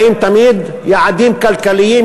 באים תמיד: יעדים כלכליים,